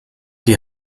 die